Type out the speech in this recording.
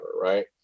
right